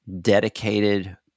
Dedicated